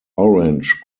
orange